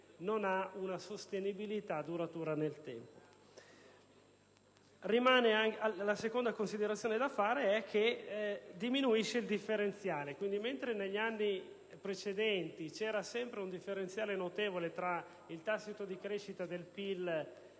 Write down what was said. non ha una sostenibilità duratura nel tempo. La seconda considerazione da fare è che diminuisce il differenziale: mentre negli anni precedenti c'era sempre un differenziale notevole tra il tasso di crescita del PIL